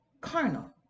Carnal